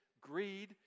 greed